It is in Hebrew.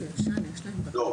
לא,